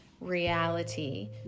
reality